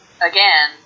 again